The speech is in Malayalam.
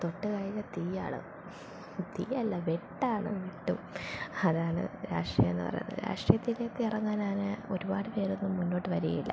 തൊട്ട് കഴിഞ്ഞാൽ തീയാണ് തീയല്ല വെട്ടാണ് വെട്ടും അതാണ് രാഷ്ട്രീയം എന്ന് പറയുന്നത് രാഷ്ട്രീയത്തിൽ കയറുകായെന്ന് പറഞ്ഞാൽ ഒരുപാട് പേരൊന്നും മുന്നോട്ട് വരുകയില്ല